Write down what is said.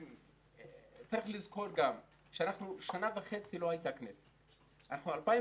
צריך לזכור ששנה וחצי לא הייתה כנסת; 2019